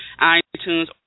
iTunes